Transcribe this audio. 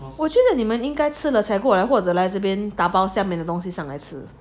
我觉得你们应该吃了才过来或者来这边 dapao 下面的东西上来吃